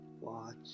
watch